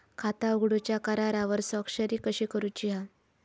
खाता उघडूच्या करारावर स्वाक्षरी कशी करूची हा?